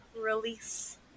Release